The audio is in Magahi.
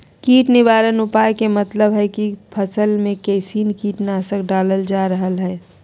कीट निवारक उपाय के मतलव हई की फसल में कैसन कीट नाशक डालल जा रहल हई